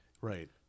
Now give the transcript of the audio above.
Right